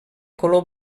color